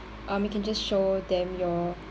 uh you can just show them your